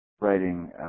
writing